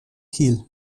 kiel